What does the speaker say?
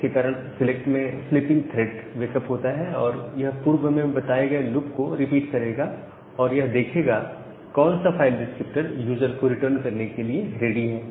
इसके कारण सिलेक्ट में स्लीपिंग थ्रेड वेक अप होता है और यह पूर्व में बताए गए लूप को रिपीट करेगा और यह देखेगा कौन सा फाइल डिस्क्रिप्टर यूजर को रिटर्न करने के लिए रेडी है